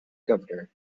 governor